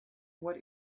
what